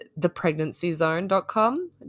thepregnancyzone.com